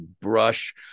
brush